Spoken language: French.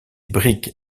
briques